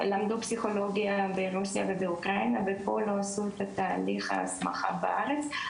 למדו פסיכולוגיה ברוסיה ובאוקראינה ופה לא עשו את תהליך ההסמכה בארץ,